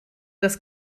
das